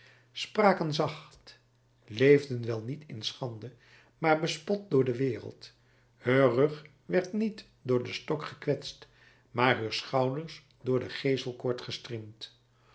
spraken zacht leefden wel niet in schande maar bespot door de wereld heur rug werd niet door den stok gekwetst maar heur schouders door de geeselkoord gestriemd